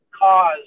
cause